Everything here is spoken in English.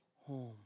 home